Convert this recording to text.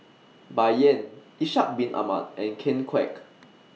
Bai Yan Ishak Bin Ahmad and Ken Kwek